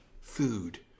food